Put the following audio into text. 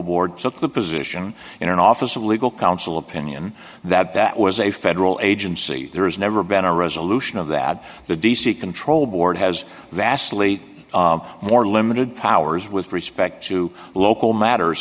took the position in an office of legal counsel opinion that that was a federal agency there's never been a resolution of that the d c control board has vastly more limited powers with respect to local matters